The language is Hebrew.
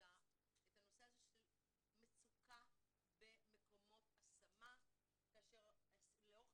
את הנושא של מצוקה במקומות השמה כאשר לאורך